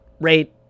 Rate